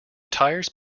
tires